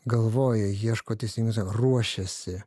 galvoja ieško teisingai sako ruošiasi